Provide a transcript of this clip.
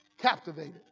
captivated